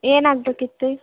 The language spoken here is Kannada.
ಏನಾಗಬೇಕಿತ್ತು